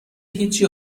هیچی